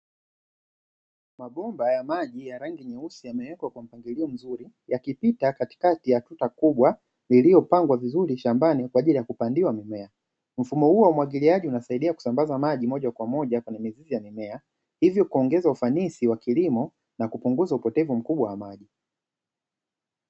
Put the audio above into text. Mabomba ya maji ya rangi nyeusi yamewekwa katika mpangilio mzuri yakipita katikati ya tuta kubwa lililopandwa vizuri shambani kwa ajili ya kupandia mimea, mfumo huu wa umwagiliaji unasaidia kusambaza maji moja kwa moja kwenye mizizi ya mimea, hivyo kuongeza ufanisi wa kilimo na kupunguza upotevu mkubwa wa maji.